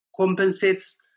Compensates